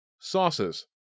Sauces